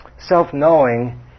Self-knowing